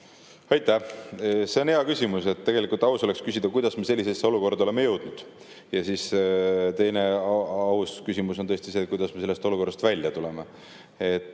Aitäh! See on hea küsimus. Tegelikult aus oleks küsida, kuidas me sellisesse olukorda oleme jõudnud. Aga teine aus küsimus on tõesti see, kuidas me sellest olukorrast välja tuleme.